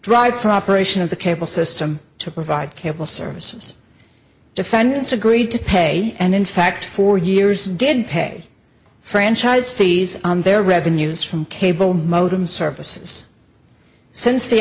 drive for operation of the cable system to provide cable services defendants agreed to pay and in fact for years did pay franchise fees on their revenues from cable modem services since the